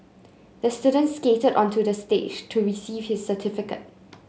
the student skated onto the stage to receive his certificate